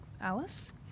Alice